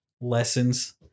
lessons